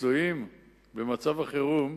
שתלויים במצב החירום,